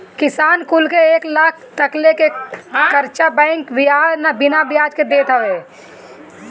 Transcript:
किसान कुल के एक लाख तकले के कर्चा बैंक बिना बियाज के देत हवे